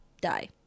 die